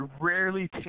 rarely